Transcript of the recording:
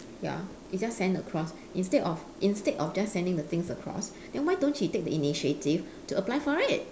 ya it just send across instead of instead of just sending the things across then why don't he take the initiative to apply for it